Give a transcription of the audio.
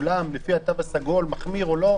לפי התו הסגול מחמיר או לא?